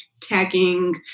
tagging